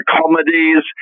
comedies